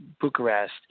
Bucharest